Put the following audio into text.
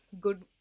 good